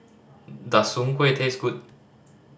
does Soon Kueh taste good